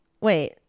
wait